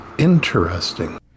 Interesting